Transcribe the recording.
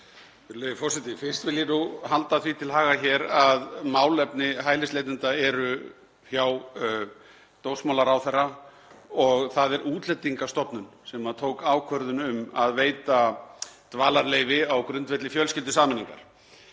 Fyrst vil ég halda því til haga hér að málefni hælisleitenda eru hjá dómsmálaráðherra og það er Útlendingastofnun sem tók ákvörðun um að veita dvalarleyfi á grundvelli fjölskyldusameiningar.